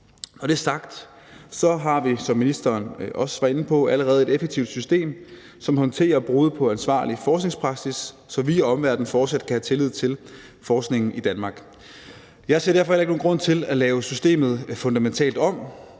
Med det sagt har vi, som ministeren også var inde på, allerede et effektivt system, som håndterer brud på ansvarlig forskningspraksis, så vi og omverdenen fortsat kan have tillid til forskningen i Danmark. Jeg ser derfor heller ikke nogen grund til at lave systemet fundamentalt om.